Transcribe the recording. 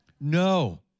No